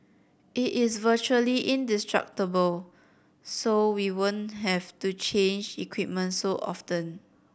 it is virtually indestructible so we won't have to change equipment so often